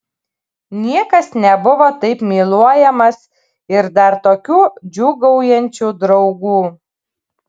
niekas nebuvo taip myluojamas ir dar tokių džiūgaujančių draugų